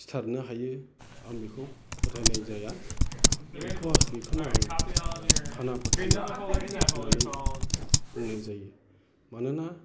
सिथारनो हायो आं बेखौ फोथायनाय जाया बेखौ आं बेखौनो आं खाना फोथायनाय होननानै बुंनाय जायो मानोना